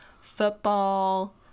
football